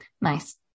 nice